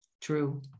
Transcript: True